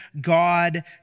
God